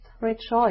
rejoice